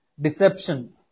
deception